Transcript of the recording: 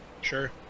sure